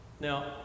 Now